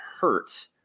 hurt